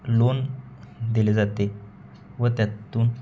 loan दिले जाते व त्यातून